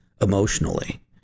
emotionally